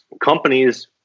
companies